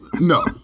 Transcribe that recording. no